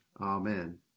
Amen